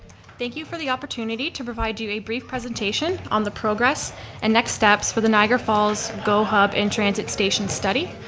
thank you for the opportunity to provide you a brief presentation on the progress and next steps for the niagara falls go hub and transit station study.